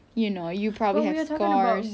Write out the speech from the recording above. you know you probably have scars